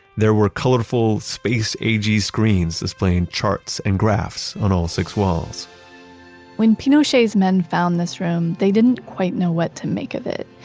there were colorful space-agey screens displaying charts and graphs on all six walls when pinochet's men found this room, they didn't quite know what to make of it.